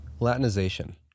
Latinization